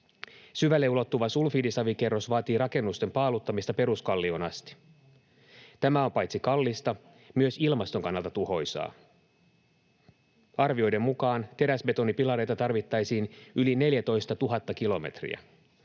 Syvälle ulottuva sulfidisavikerros vaatii rakennusten paaluttamista peruskallioon asti. Tämä on paitsi kallista myös ilmaston kannalta tuhoisaa. Arvioiden mukaan teräsbetonipilareita tarvittaisiin yli 14 000 kilometriä.